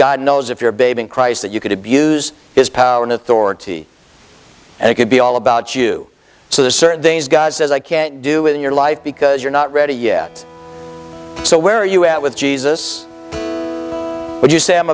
god knows if you're a babe in christ that you could abuse his power and authority and it could be all about you so there's certain things god says i can't do in your life because you're not ready yet so where are you at with jesus would you say i'm